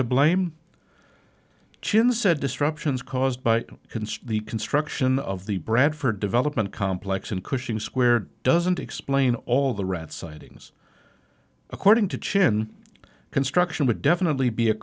to blame chin said disruptions caused by consider the construction of the bradford development complex in cushing square doesn't explain all the rat sightings according to chin construction would definitely be a